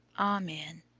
amen.